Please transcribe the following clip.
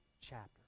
chapter